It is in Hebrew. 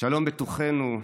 שלום בתוכנו,